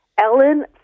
Ellen